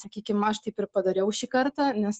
sakykim aš taip ir padariau šį kartą nes